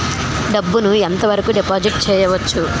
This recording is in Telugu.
డబ్బు ను ఎంత వరకు డిపాజిట్ చేయవచ్చు?